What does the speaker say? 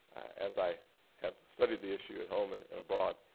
as i have studied the issue at home and and abroad,